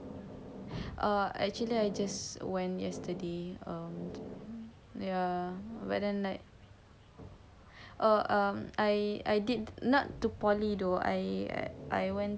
err actually I just when yesterday um ya but then like um I I did not go poly though I I went to check organization do you know